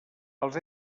els